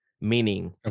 meaning